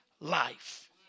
life